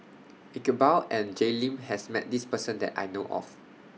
Iqbal and Jay Lim has Met This Person that I know of